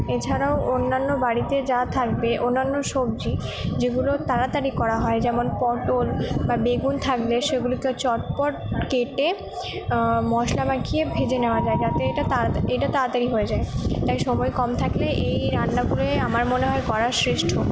এছাড়াও অন্যান্য বাড়িতে যা থাকবে অন্যান্য সবজি যেগুলো তাড়াতাড়ি করা হয় যেমন পটল বা বেগুন থাকবে সেগুলোকে চটপট কেটে মশলা মাখিয়ে ভেজে নেওয়া যায় যাতে এটা এটা তাড়াতাড়ি হয়ে যায় তাই সময় কম থাকলে এই রান্নাগুলোই আমার মনে হয় করা শ্রেষ্ঠ